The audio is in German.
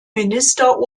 minister